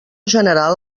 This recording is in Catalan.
general